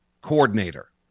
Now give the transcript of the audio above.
coordinator